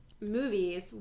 movies